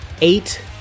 eight